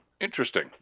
Interesting